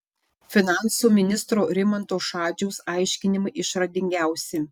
finansų ministro rimanto šadžiaus aiškinimai išradingiausi